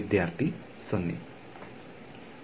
ವಿದ್ಯಾರ್ಥಿ 0